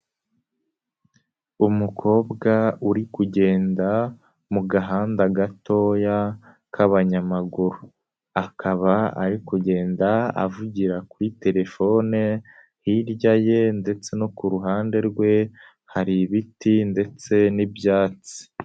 Umukobwa uri kugenda mu gahanda gatoya k'abanyamaguru. Akaba ari kugenda avugira kuri telefone, hirya ye ndetse no ku ruhande rwe, hari ibiti ndetse n'ibyatsi.